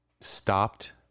stopped